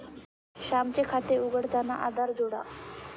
श्यामचे खाते उघडताना आधार जोडा